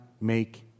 make